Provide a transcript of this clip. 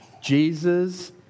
Jesus